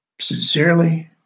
sincerely